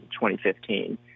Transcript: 2015